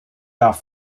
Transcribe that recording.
off